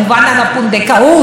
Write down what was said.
למרות כל ההבטחות.